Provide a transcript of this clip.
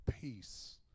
peace